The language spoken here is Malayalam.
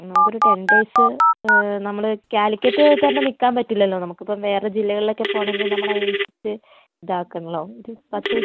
നമുക്കൊരു ടെൻ ഡേയ്സ് നമ്മൾ കാലിക്കറ്റ് തന്നെ നിൽക്കാൻ പറ്റില്ലല്ലോ നമുക്കിപ്പം വേറെ ജില്ലകളിലൊക്കെ പോവണമെങ്കിൽ നമ്മൾ അതിനനുസരിച്ച് ഇതാക്കണമല്ലോ ഒരു പത്ത്